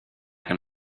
can